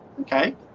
Okay